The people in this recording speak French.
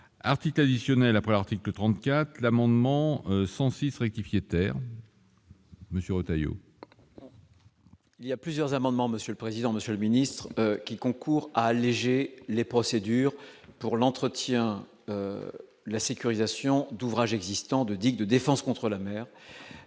article additionnel après l'article 34 l'amendement 106 fructifier terre. Monsieur Retailleau. Il y a plusieurs amendements, monsieur le président, Monsieur le Ministre, qui concourent à alléger les procédures pour l'entretien, la sécurisation d'ouvrages existants de digues de défense contre la mer